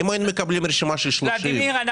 אם היינו מקבלים רשימה של 30 או 40 אז